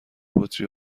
بطری